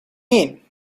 mean